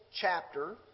chapter